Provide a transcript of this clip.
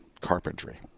Carpentry